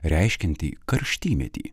reiškiantį karštymetį